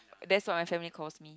that's what my family calls me